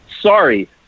Sorry